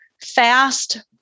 fast